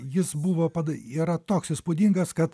jis buvo pada yra toks įspūdingas kad